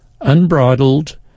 unbridled